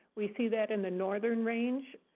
we see that in the northern range.